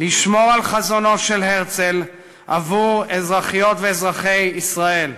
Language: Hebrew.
לשמור על חזונו של הרצל עבור אזרחיות ואזרחי ישראל,